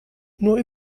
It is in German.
nur